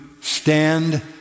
stand